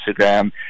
Instagram